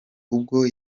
ubwo